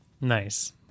Nice